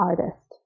artist